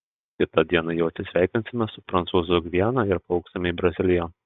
kitą dieną jau atsisveikinsime su prancūzų gviana ir plauksime į braziliją